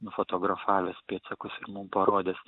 nufotografavęs pėdsakus ir mum parodęs